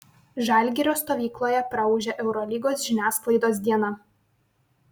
žalgirio stovykloje praūžė eurolygos žiniasklaidos diena